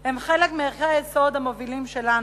הם חלק מערכי היסוד המובילים שלנו.